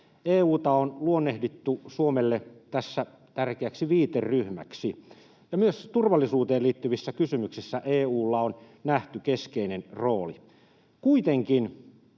EU:ta on luonnehdittu tässä Suomelle tärkeäksi viiteryhmäksi, ja myös turvallisuuteen liittyvissä kysymyksissä EU:lla on nähty keskeinen rooli. Kuitenkin,